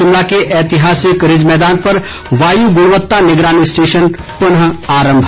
शिमला के ऐतिहासिक रिज मैदान पर वायु गुणवता निगरानी स्टेशन पुनः आरम्भ